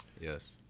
Yes